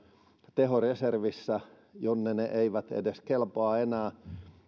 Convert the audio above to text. tehoreservissä jonne ne eivät edes kelpaa enää ja jos